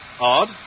Odd